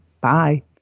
bye